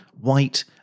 white